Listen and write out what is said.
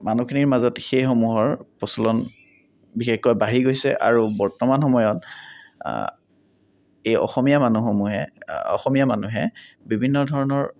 মানুহখিনিৰ মাজত সেই সমূহৰ প্ৰচলন বিশেষকৈ বাঢ়ি গৈছে আৰু বৰ্তমান সময়ত এই অসমীয়া মানুহসমূহে অসমীয়া মানুহে বিভিন্ন ধৰণৰ